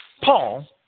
Paul